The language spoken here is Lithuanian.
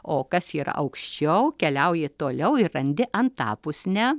o kas yra aukščiau keliauji toliau ir randi antapusnę